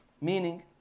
Meaning